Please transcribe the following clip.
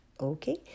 Okay